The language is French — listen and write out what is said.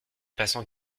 passants